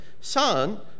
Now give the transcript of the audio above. son